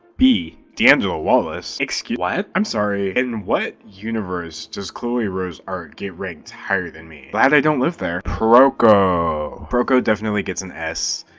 b. d'angelo wallace? excuse what? i'm sorry in what universe does chloe rose art get ranked higher than me? glad i don't live there. proko. proko definitely gets an s.